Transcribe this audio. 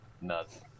Nuts